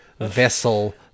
vessel